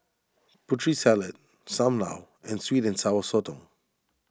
Putri Salad Sam Lau and Sweet and Sour Sotong